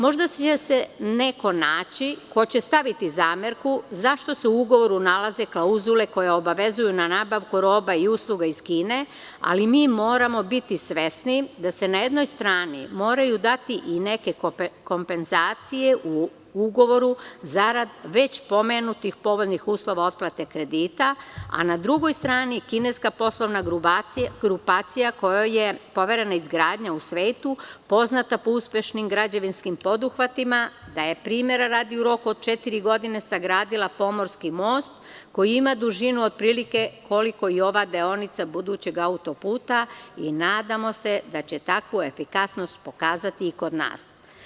Možda će se neko naći ko će staviti zamerku zašto se u ugovoru nalaze klauzule koje obavezuju na nabavku roba i usluga iz Kine, ali mi moramo biti svesni da se na jednoj strani moraju dati i neke kompenzacije u ugovoru zarad već pomenutih povoljnih uslova otplate kredita, a na drugoj strani kineska poslova grupacija kojoj je poverena izgradnja u svetu poznata po uspešnim građevinskim poduhvatima da je, primera radi, u roku od četiri godine sagradila pomorski most koji ima dužinu otprilike koliko i ova deonica budućeg autoputa i nadamo se da će takvu efikasnost pokazati i kod nas.